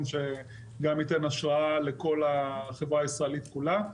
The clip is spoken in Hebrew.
שייתן השראה לכל החברה הישראלית כולה.